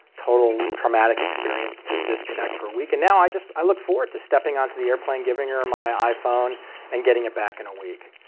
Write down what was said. total traumatic experience to just disconnect for a week, and now i just i look forward to stepping on to the airplane, giving her my iphone and getting it back in a week.